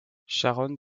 sharon